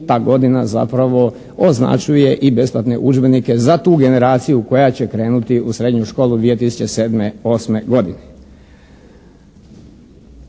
ta godina zapravo označuje i besplatne udžbenike za tu generaciju koja će krenuti u srednju školu 2007., 2008. godine.